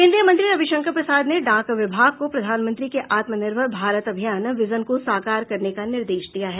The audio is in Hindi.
केन्द्रीय मंत्री रविशंकर प्रसाद ने डाक विभाग को प्रधानमंत्री के आत्मनिर्भर भारत अभियान विजन को साकार करने का निर्देश दिया है